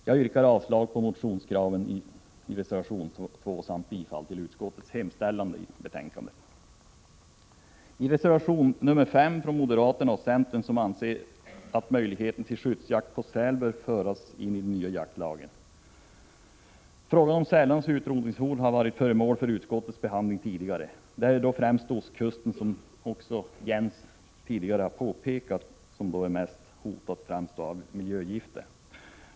Jag yrkar avslag på motionskraven och reservation 2 samt bifall till utskottets hemställan i betänkandet. Frågan om sälarnas utrotningshot har varit föremål för utskottets behandling tidigare. Som Jens Eriksson tidigare påpekat är det främst på ostkusten som sälstammen hotas genom miljögifter.